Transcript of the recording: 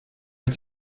mit